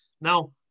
Now